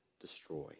destroy